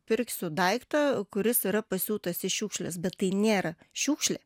pirksiu daiktą kuris yra pasiūtas iš šiukšlės bet tai nėra šiukšlė